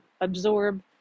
absorb